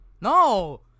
No